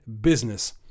business